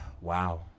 wow